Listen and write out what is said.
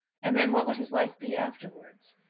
and then what would his life be afterwards?